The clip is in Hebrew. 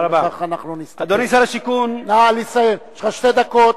נא לסיים, יש לך שתי דקות.